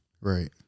Right